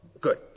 Good